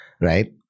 right